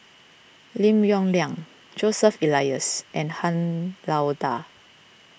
Lim Yong Liang Joseph Elias and Han Lao Da